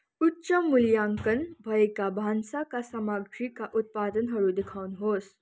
उच्च मूल्याङ्कन भएका भान्साका सामग्रीका उत्पादनहरू देखाउनुहोस्